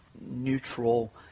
neutral